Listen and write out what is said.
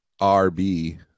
RB